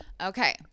Okay